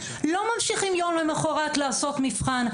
לא ממשיכים יום למחרת לעשות מבחן,